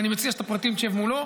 לכן אני מציע שלגבי הפרטים תשב מולו.